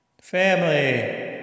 Family